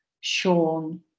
Sean